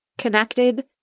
connected